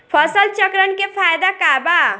फसल चक्रण के फायदा का बा?